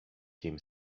him